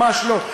ממש לא.